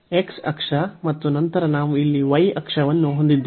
x ಅಕ್ಷ ಮತ್ತು ನಂತರ ನಾವು ಇಲ್ಲಿ y ಅಕ್ಷವನ್ನು ಹೊಂದಿದ್ದೇವೆ